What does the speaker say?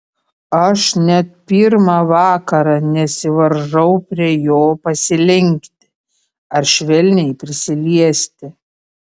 aš net pirmą vakarą nesivaržau prie jo pasilenkti ar švelniai prisiliesti